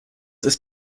ist